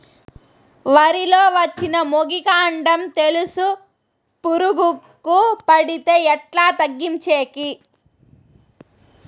వరి లో వచ్చిన మొగి, కాండం తెలుసు పురుగుకు పడితే ఎట్లా తగ్గించేకి?